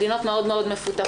מדינות מאוד מאוד מפותחות,